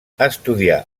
estudià